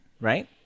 right